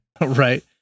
Right